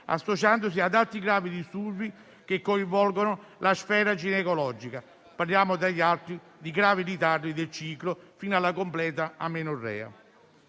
associandosi ad altri gravi disturbi che coinvolgono la sfera ginecologica: parliamo, tra gli altri, di gravi ritardi del ciclo fino alla completa amenorrea.